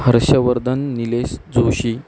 Harshvardhan Nilesh Joshi